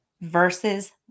versus